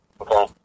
okay